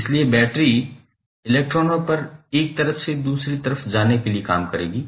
इसलिए बैटरी इलेक्ट्रॉनों पर एक तरफ से दूसरी तरफ जाने के लिए काम करेगी